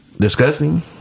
Disgusting